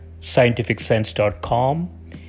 scientificsense.com